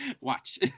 Watch